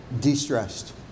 de-stressed